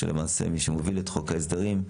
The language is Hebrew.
למעשה מי שמוביל את חוק ההסדרים,